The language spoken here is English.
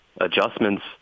adjustments –